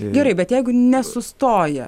gerai bet jeigu nesustoja